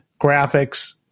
graphics